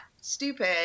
stupid